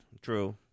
True